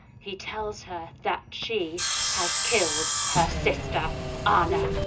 he tells her that she has killed her sister anna.